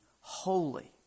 holy